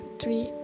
three